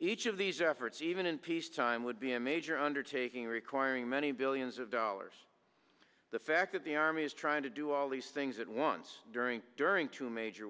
each of these efforts even in peacetime would be a major undertaking requiring many billions of dollars the fact that the army is trying to do all these things at once during during two major